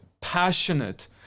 passionate